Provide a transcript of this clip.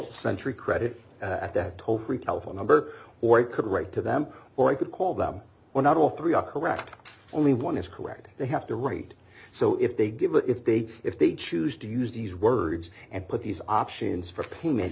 sentry credit at that toll free telephone number or it could write to them or i could call them were not all three are correct only one is corrected they have to rate so if they give it if they if they choose to use these words and put these options for payment